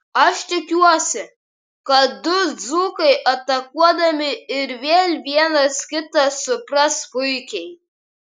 aš tikiuosi kad du dzūkai atakuodami ir vėl vienas kitą supras puikiai